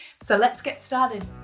so let's get started!